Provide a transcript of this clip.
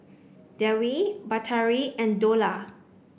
Dewi Batari and Dollah